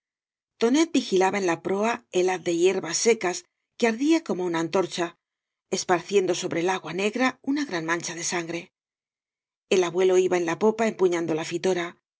tonet vigilaba en la proa el haz de hierbas secas que ardía como una antorcha esparciendo sobre el agua negra una gran mancha de sangre el abuelo iba en la popa empuñando la pora